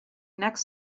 next